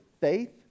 faith